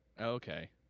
Okay